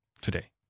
today